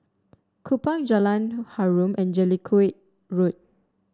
Kupang Jalan Harum and Jellicoe Road